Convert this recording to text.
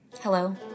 Hello